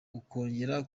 ukongera